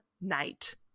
night